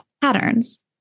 patterns